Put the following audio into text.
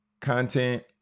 content